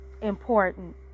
important